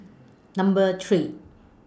Number three